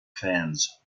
fans